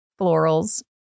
florals